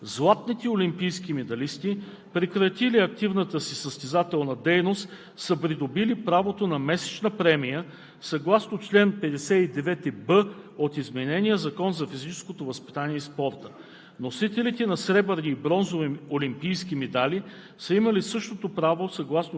Вносителят посочва, че в старата нормативна уредба до 2008 г. златните олимпийски медалисти, прекратили активната си състезателна дейност, са придобили правото на месечна премия съгласно чл. 59б от отменения Закон за физическото възпитание и спорта.